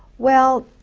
well.